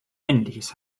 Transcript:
männliches